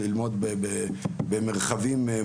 היושב-ראש: לא כולם מתאימים ללמוד במרחבים מוגנים.